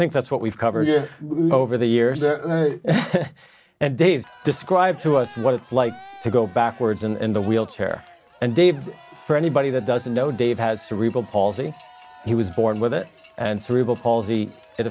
think that's what we've covered over the years and dave describe to us what it's like to go backwards and the wheelchair and dave for anybody that doesn't know dave has cerebral palsy he was born with it and